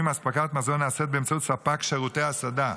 אספקת מזון נעשית באמצעות ספק שירותי הסעדה.